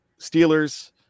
Steelers